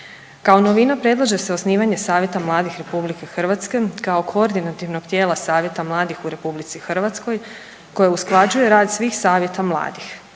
Kao novina predlaže se osnivanje Savjeta mladih RH kao koordinativnog tijela Savjeta mladih u RH koje usklađuje rad svih savjeta mladih.